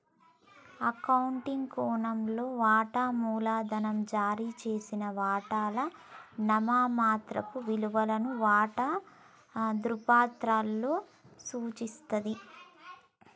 accounting కోణంలో, వాటా మూలధనం జారీ చేసిన వాటాల నామమాత్రపు విలువను వాటా ధృవపత్రాలలో సూచిస్తది